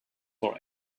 for